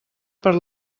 per